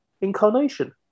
incarnation